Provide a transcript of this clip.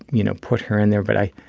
you know, put her in there? but i.